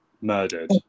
murdered